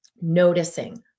Noticing